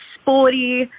sporty